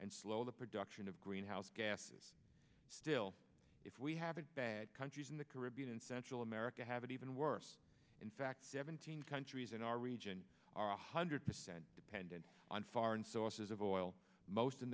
and slow the production of greenhouse gases still if we have it bad countries in the caribbean and central america have an even worse in fact seventeen countries in our region are one hundred percent dependent on foreign sources of oil most in